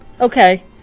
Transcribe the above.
Okay